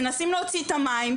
מנסים להוציא את המים,